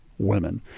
Women